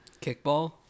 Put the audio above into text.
Kickball